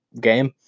game